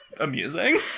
Amusing